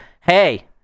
hey